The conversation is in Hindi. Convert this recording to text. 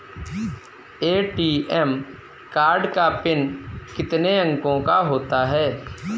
ए.टी.एम कार्ड का पिन कितने अंकों का होता है?